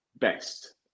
best